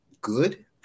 good